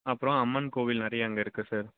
அப்புறோம் அம்மன் கோவில் நிறைய அங்கே இருக்குது சார்